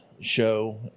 show